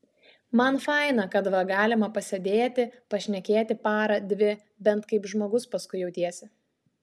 man faina kad va galima pasėdėti pašnekėti parą dvi bent kaip žmogus paskui jautiesi